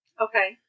Okay